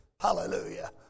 Hallelujah